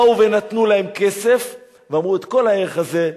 באו ונתנו להם כסף ואמרו: את כל הערך הזה,